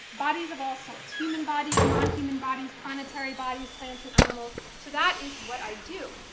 bodies of all sorts, human bodies, non-human bodies, planetary bodies, plants and animals, so that is what i do.